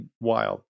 wild